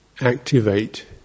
activate